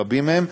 רבים מהן,